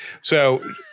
So-